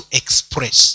express